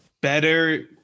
better